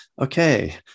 okay